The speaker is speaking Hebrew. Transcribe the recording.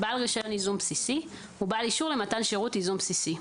בעל רישיון ייזום בסיסי ובעל אישור למתן שירות ייזום בסיסי".